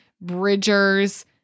Bridgers